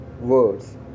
words